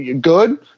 good